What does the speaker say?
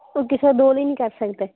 ਕਿਸੇ ਦੋ ਲਈ ਨਹੀਂ ਕਰ ਸਕਦੇ